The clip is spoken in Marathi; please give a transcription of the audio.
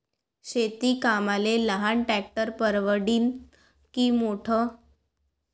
शेती कामाले लहान ट्रॅक्टर परवडीनं की मोठं?